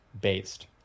based